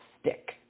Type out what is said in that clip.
stick